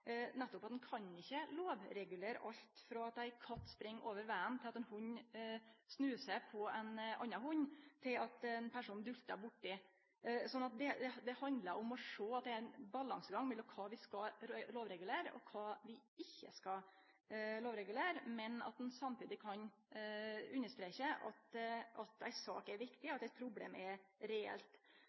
nettopp fordi ein ikkje kan lovregulere alt frå at ein katt spring over vegen, og at ein hund snusar på ein annan hund, til at ein person dultar borti ein annan. Det handlar om å sjå at det er ein balansegang mellom kva vi skal lovregulere og kva vi ikkje skal lovregulere, men at ein samtidig kan understreke at ei sak er viktig, og at eit problem er reelt.